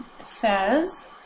says